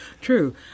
True